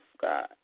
God